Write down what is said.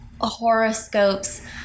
horoscopes